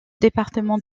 département